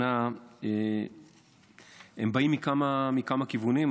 באים מכמה כיוונים,